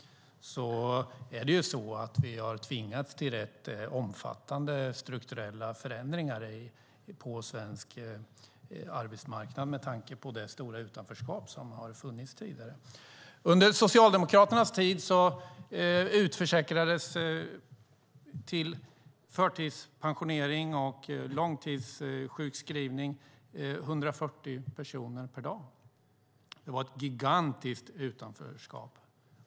Vi har ju tvingats till rätt omfattande strukturella förändringar på svensk arbetsmarknad på grund av det stora utanförskap som fanns tidigare. Under Socialdemokraternas tid utförsäkrades 140 personer per dag till förtidspension och långtidssjukskrivning. Det var ett gigantiskt utanförskap.